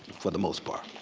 for the most part.